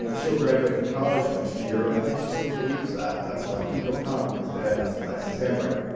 you know she'll graduate from college next year, and i think she still believes that. that's why people come, because dad has the nicest handwriting.